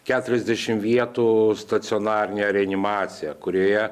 keturiasdešim vietų stacionarinę reanimaciją kurioje